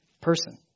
person